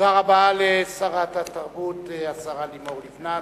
תודה רבה לשרת התרבות, השרה לימור לבנת.